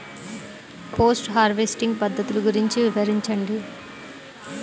Post harvesting పద్ధతులు గురించి వివరించండి?